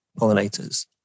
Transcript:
pollinators